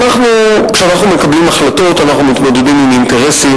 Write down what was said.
כשאנחנו מקבלים החלטות אנחנו מתמודדים עם אינטרסים,